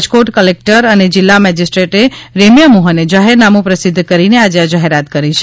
Rajkot collector અને જિલ્લા magistrate રેમ્યામોહને જાહેરનામું પ્રસિધ્ધ કરીને આજે આ જાહેરાત કરી છે